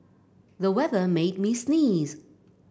the weather made me sneeze